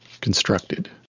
constructed